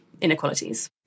inequalities